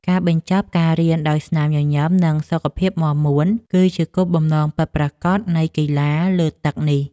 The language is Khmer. ការបញ្ចប់ការរៀនដោយស្នាមញញឹម និងសុខភាពមាំមួន គឺជាគោលបំណងពិតប្រាកដនៃកីឡាលើទឹកនេះ។